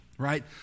right